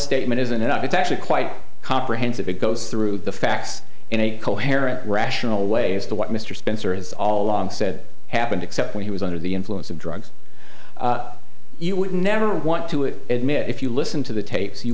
statement isn't enough it's actually quite comprehensive it goes through the facts in a coherent rational way as to what mr spencer has all along said happened except when he was under the influence of drugs you would never want to admit if you listen to the tapes you